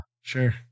sure